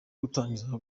gutangira